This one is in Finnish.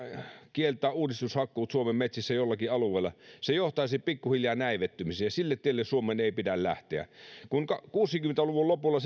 kieltää uudistushakkuut suomen metsissä jollakin alueella se johtaisi pikkuhiljaa näivettymiseen ja sille tielle suomen ei pidä lähteä kun kuusikymmentä luvun lopulla